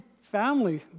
family